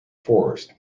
forests